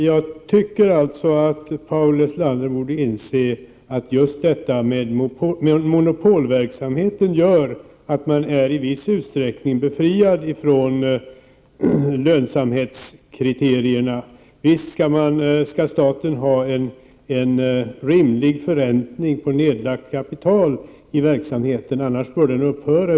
Herr talman! Jag tycker att Paul Lestander borde inse att just monopolverksamheten gör att man i viss utsträckning är befriad från lönsamhetskriterierna. Visst skall staten ha en rimlig förräntning av i verksamheten nedlagt kapital — annars bör den upphöra!